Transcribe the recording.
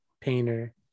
Painter